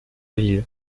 ville